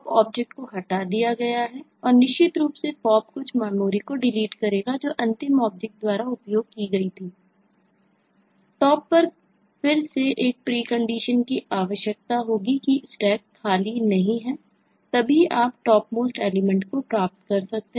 Stack में कुछ element की आवश्यकता होगी कि Stack खाली नहीं है तभी आप Topmost एलिमेंट को प्राप्त कर सकते हैं